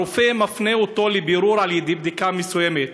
הרופא מפנה אותו לבירור על-ידי בדיקה מסוימת,